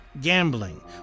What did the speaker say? gambling